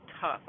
tough